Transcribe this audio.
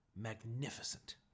magnificent